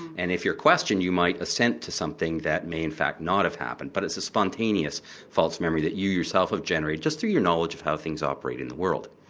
and if you're questioned you might assent to something that may in fact not have happened. but it's a spontaneous false memory that you yourself have generated just through your knowledge of how things operate in the world.